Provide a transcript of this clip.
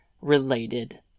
related